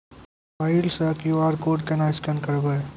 Mobile से QR code केना scan करबै?